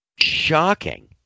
shocking